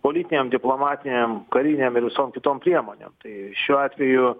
politinėm diplomatinėm karinėm ir visom kitom priemonėm tai šiuo atveju